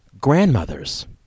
Grandmothers